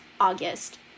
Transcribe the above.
august